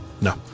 No